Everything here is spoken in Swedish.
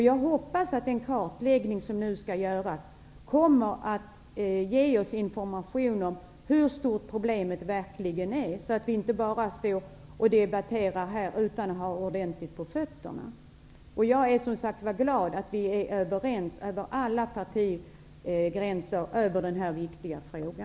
Jag hoppas att den kartläggning som nu skall göras kommer att ge oss information om hur stort problemet verkligen är, så att vi inte står här och debatterar utan att ha ordentligt på fötterna. Jag är, som sagt var, glad åt att vi över alla partigränser är överens i denna viktiga fråga.